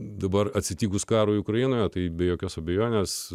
dabar atsitikus karui ukrainoje tai be jokios abejonės